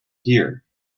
here